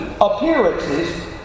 appearances